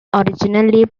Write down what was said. originally